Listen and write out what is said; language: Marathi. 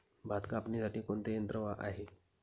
भात कापणीसाठी कोणते यंत्र आहे?